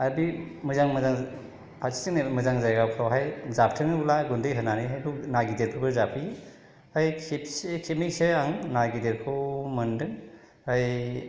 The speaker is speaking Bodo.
आरो बे मोजां मोजां फारसेथिं नायोब्ला मोजां जायगाफ्रावहाय जाबथेनोब्ला गुन्दै होनानैहाय बेखौ ना गिदिरखौ जाफैयो ओमफ्राय खेबसे खेबनैसो आं ना गिदिरखौ मोन्दों ओमफाय